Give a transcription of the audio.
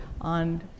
on